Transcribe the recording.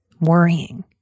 worrying